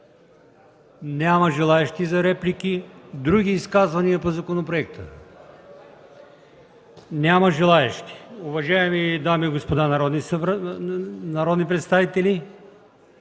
Няма желаещи за реплики. Има ли други изказвания по законопроекта? Няма желаещи. Уважаеми дами и господа народни представители,